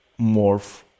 morph